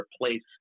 replace